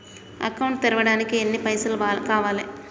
Account తెరవడానికి ఎన్ని పైసల్ కావాలే?